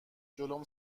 جلوم